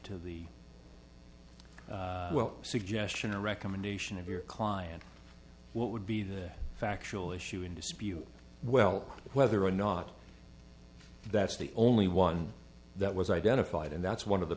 to the well suggestion or recommendation of your client what would be the factual issue in dispute well whether or not that's the only one that was identified and that's one of the